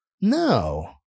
No